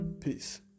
peace